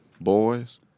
boys